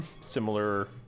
similar